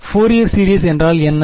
Fourier series என்றால் என்ன